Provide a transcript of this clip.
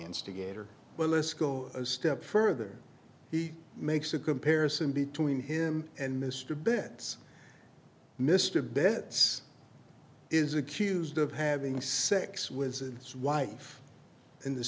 instigator well let's go a step further he makes a comparison between him and mr bets mr bed's is accused of having sex with his wife in the